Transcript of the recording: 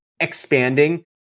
expanding